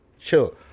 chill